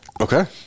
Okay